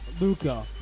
Luca